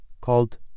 Called